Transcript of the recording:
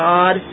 God